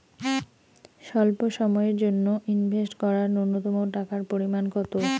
স্বল্প সময়ের জন্য ইনভেস্ট করার নূন্যতম টাকার পরিমাণ কত?